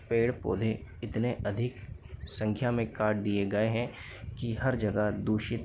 पेड़ पौधे इतने अधिक संख्या में काट दिए गए हैं कि हर जगह दूषित